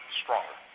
stronger